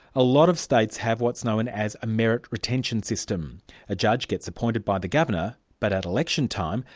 a lot of states have what's known as a merit retention system a judge gets appointed by the governor, but at election time,